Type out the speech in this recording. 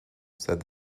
said